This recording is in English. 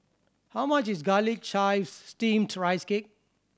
how much is Garlic Chives Steamed Rice Cake